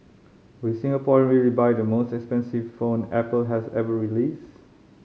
will Singaporean really buy the most expensive phone Apple has ever released